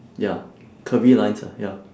ya curvy lines ah ya